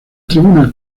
tribuna